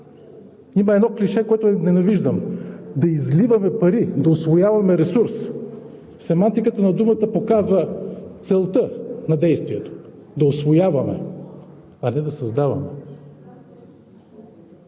Има едно клише, което ненавиждам: да изливаме пари, да усвояваме ресурс. Семантиката на думата показва целта на действие – да усвояваме, а не да създаваме.